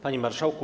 Panie Marszałku!